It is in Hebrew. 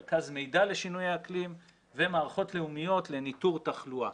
מרכז מידע לשינויי אקלים ומערכות לאומיות לניתור תחלואה.